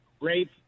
Rape